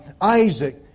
Isaac